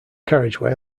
carriageway